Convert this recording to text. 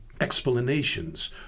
explanations